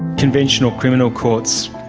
conventional criminal courts,